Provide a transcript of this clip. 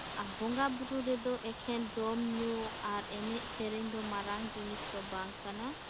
ᱟᱨ ᱵᱚᱸᱜᱟ ᱵᱩᱨᱩ ᱨᱮᱫᱚ ᱮᱠᱷᱮᱱ ᱡᱚᱢ ᱧᱩ ᱟᱨ ᱮᱱᱮᱡ ᱥᱮᱨᱮᱧ ᱫᱚ ᱢᱟᱨᱟᱝ ᱡᱤᱱᱤᱥᱫᱚ ᱵᱟᱝ ᱠᱟᱱᱟ